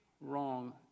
wrong